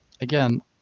again